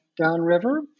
downriver